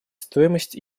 стоимость